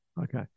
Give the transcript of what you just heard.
Okay